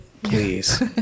please